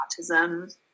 autism